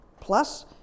Plus